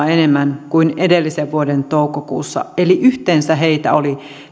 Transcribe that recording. enemmän kuin edellisen vuoden toukokuussa eli yhteensä heitä oli